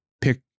pick